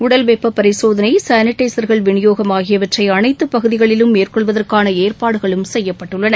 உடல் வெப்ப பரிசோதனை சானிடைசர்கள் விளியோகம் ஆகியவற்றை அனைத்து பகுதிகளிலும் மேற்கொள்வதற்கான ஏற்பாடுகளும் செய்யப்பட்டுள்ளன